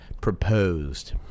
proposed